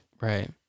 Right